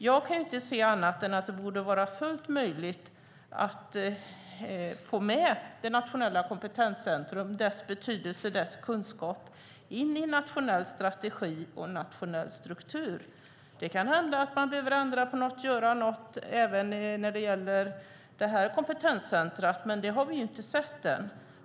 Jag kan inte se annat än att det borde vara fullt möjligt att få med det nationella kompetenscentret, dess betydelse och dess kunskap in i en nationell strategi och en nationell struktur. Det kan hända att man behöver ändra på något och göra något även när det gäller detta kompetenscenter, men det har vi inte sett än.